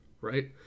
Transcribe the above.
right